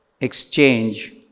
exchange